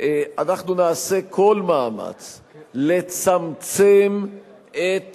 אנחנו נעשה כל מאמץ לצמצם את